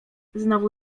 znowu